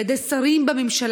על ידי שרים בממשלה,